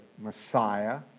Messiah